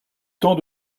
temps